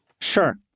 Sure